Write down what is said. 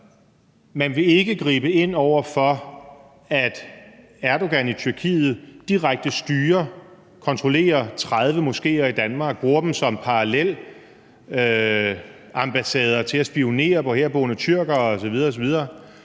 Man vil ikke gribe ind over for, at Erdogan i Tyrkiet direkte styrer, kontrollerer 30 moskéer i Danmark, bruger dem som parallelambassader til at spionere på herboende tyrkere osv. osv.,